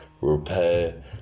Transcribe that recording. repair